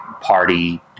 party